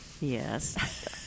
Yes